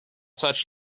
such